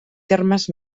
termes